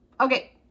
Okay